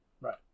right